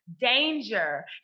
danger